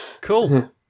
cool